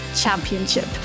championship